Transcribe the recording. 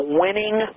winning